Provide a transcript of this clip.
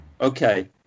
Okay